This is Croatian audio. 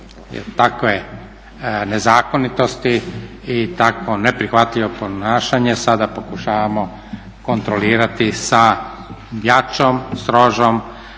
takve nezakonitosti i takvo neprihvatljivo ponašanje sada pokušavamo kontrolirati sa jačom, strožom